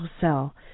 sell